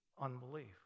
unbelief